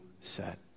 set